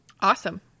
Awesome